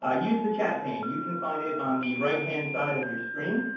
ah use the chat pane. you can find it on the right-hand side of your screen.